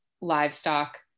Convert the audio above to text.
livestock